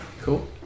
Cool